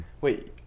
Wait